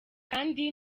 kandi